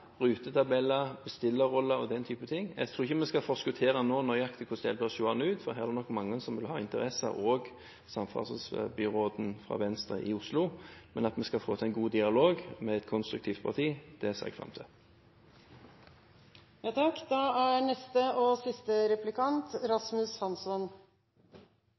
rutetabeller, bestillerroller og den typen ting. Jeg tror ikke vi skal forskuttere nå nøyaktig hvordan det bør bli seende ut, for her er det nok mange som vil ha interesser – også samferdselsbyråden fra Venstre i Oslo. Men at vi skal få til en god dialog med et konstruktivt parti, ser jeg fram